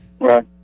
Right